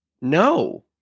No